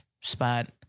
spot